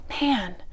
man